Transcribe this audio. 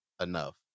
enough